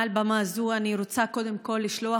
מעל במה זאת אני רוצה קודם כול לשלוח